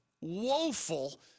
woeful